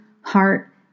heart